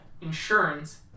insurance